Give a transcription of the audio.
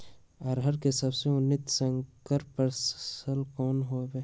अरहर के सबसे उन्नत संकर फसल कौन हव?